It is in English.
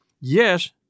Yes